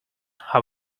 how